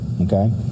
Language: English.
okay